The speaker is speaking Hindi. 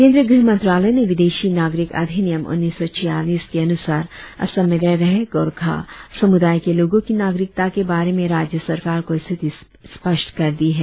केंद्रीय गृह मंत्रालय ने विदेशी नागरिक अधिनियम उन्नीस सौ छियालीस के अनुसार असम में रह रहे गोरखा समुदाय के लोगों की नागरिकता के बारे में राज्य सरकार को स्थिति स्पष्ठ कर दी है